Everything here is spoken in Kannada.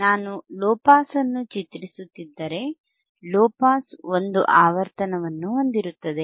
ನಾನು ಲೊ ಪಾಸ್ ಅನ್ನು ಚಿತ್ರಿಸುತ್ತಿದ್ದರೆ ಲೊ ಪಾಸ್ ಒಂದು ಆವರ್ತನವನ್ನು ಹೊಂದಿರುತ್ತದೆ